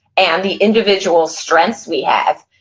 and the individual strengths we have,